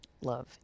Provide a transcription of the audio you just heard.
love